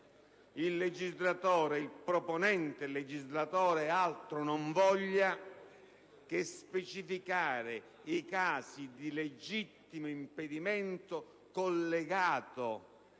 il proponente legislatore altro non voglia che specificare i casi di legittimo impedimento collegato